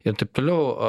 ir taip toliau